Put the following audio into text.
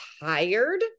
tired